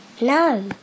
No